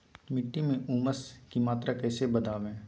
मिट्टी में ऊमस की मात्रा कैसे बदाबे?